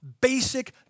basic